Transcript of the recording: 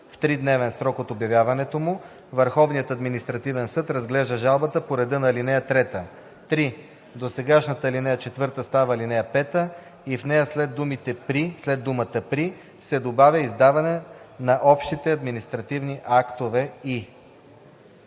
в тридневен срок от обявяването му. Върховният административен съд разглежда жалбата по реда на ал. 3.“ 3. Досегашната ал. 4 става ал. 5 и в нея след думата „При“ се добавя „издаване на общите административни актове и“.“